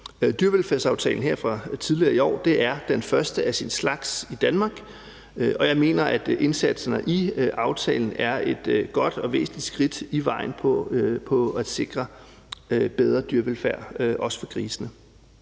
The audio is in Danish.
dyrevelfærdsaftale fra tidligere i år er den første af sin slags i Danmark, og jeg mener, at indsatserne i aftalen er et godt og væsentligt skridt på vejen mod at sikre bedre dyrevelfærd også for grisene.